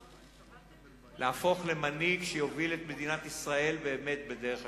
גדולה להפוך למנהיג שיוביל את מדינת ישראל באמת בדרך השלום.